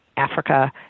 Africa